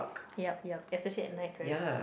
yup yup especially at night right